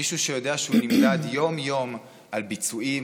מישהו שיודע שהוא נמדד יום-יום על ביצועים,